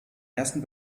ersten